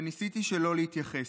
וניסיתי שלא להתייחס.